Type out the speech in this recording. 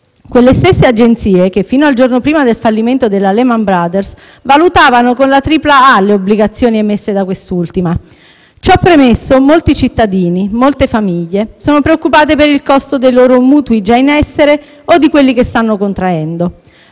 Quelle stesse agenzie che, fino al giorno prima del fallimento della Lehman Brothers, valutavano con la tripla A le obbligazioni emesse da quest'ultima; molti cittadini e molte famiglie sono preoccupate per il costo dei loro mutui già in essere o di quelli che stanno contraendo;